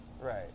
Right